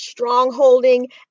strongholding